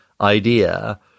idea